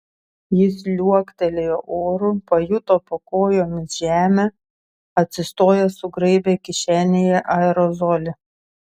jis liuoktelėjo oru pajuto po kojomis žemę atsistojęs sugraibė kišenėje aerozolį